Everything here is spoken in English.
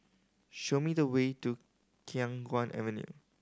show me the way to Khiang Guan Avenue